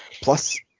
Plus